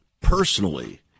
personally